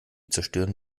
zerstören